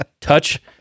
touch